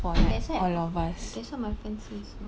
that's what that's what my friend say also